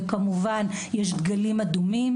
וכמובן שיש דגלים אדומים,